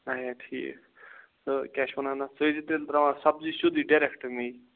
اچھا ٹھیٖک تہٕ کیاہ چھِ ونان اتھ ژٕ ٲسۍ زِ تراوان سبزی سیوٚدُے ڈَریٚکٹ مے